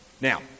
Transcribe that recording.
Now